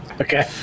Okay